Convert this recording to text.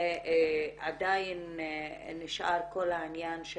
שעדיין נשאר כל העניין של